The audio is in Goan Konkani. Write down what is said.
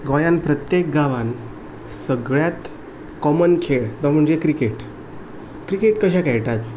गोंयांत प्रत्येक गांवांत सगळ्यांत कॉमन खेळ तो म्हणजे क्रिकेट क्रिकेट कशे खेळटात